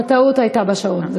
זו טעות הייתה בשעון.